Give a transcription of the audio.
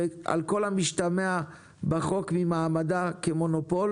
ועל כל המשתמע בחוק ממעמדה כמונופול.